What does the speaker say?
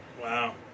Wow